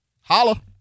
Holla